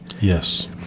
Yes